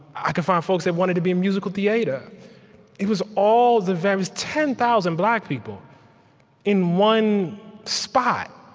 i could find folks that wanted to be in musical theater it was all the there was ten thousand black people in one spot.